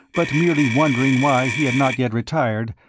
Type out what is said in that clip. but merely wondering why he had not yet retired,